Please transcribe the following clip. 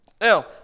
Now